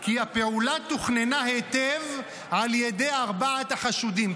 כי הפעולה תוכננה היטב על ידי ארבעת החשודים,